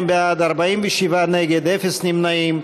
62 בעד, 47 נגד, אפס נמנעים.